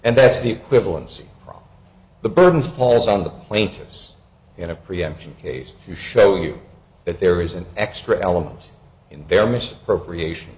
and that's the equivalence the burden falls on the plaintiffs in a preemption case to show you that there is an extra element in their mission appropriation